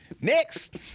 next